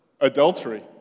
Adultery